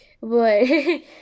Boy